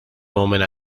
moment